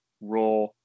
Raw